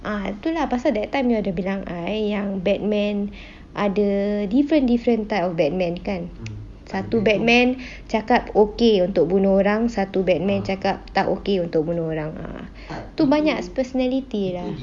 ah tu lah pasal that time you ada bilang I yang batman ada different different type of batman kan satu batman cakap okay untuk bunuh orang satu batman cakap tak okay untuk bunuh orang ah tu banyak personality lah